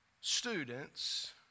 students